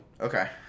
Okay